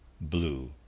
blue